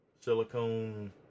silicone